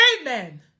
amen